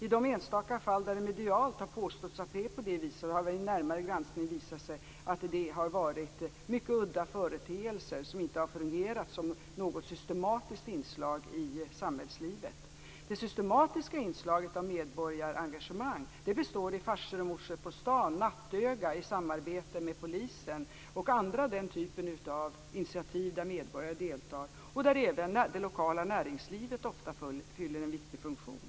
I de enstaka fall där det medialt har påståtts att det är så har det vid närmare granskning visat sig vara udda företeelser som inte har fungerat som något systematiskt inslag i samhällslivet. Det systematiska inslaget av medborgarengagemang består i Farsor och morsor på stan, Nattöga i samarbete med polisen och andra initiativ av den typen där medborgare deltar och där även det lokala näringslivet fyller en viktig funktion.